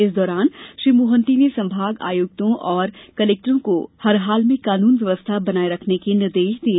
इस दौरान श्री मोहन्ती ने संभागायुक्तों और कलेक्टरों को हरहाल में कानून व्यवस्था बनाये रखने के निर्देश दिये